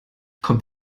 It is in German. kommt